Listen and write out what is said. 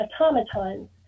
automatons